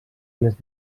les